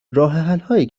راهحلهایی